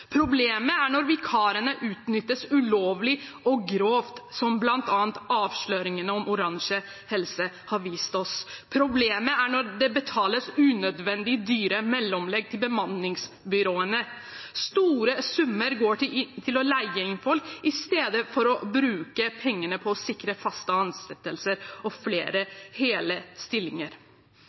Problemet er når vikarene utnyttes ulovlig og grovt, som bl.a. avsløringene om Orange Helse har vist oss. Problemet er når det betales unødvendig dyre mellomlegg til bemanningsbyråene. Store summer går til å leie inn folk i stedet for å bruke pengene på å sikre faste ansettelser og flere hele stillinger.